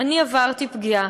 "אני עברתי פגיעה,